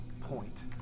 point